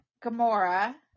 Gamora